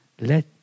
Let